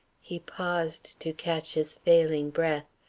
he paused to catch his failing breath,